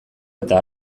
eta